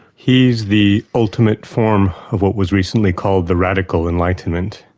he's the ultimate form of what was recently called the radical enlightenment,